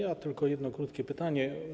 Mam tylko jedno krótkie pytanie.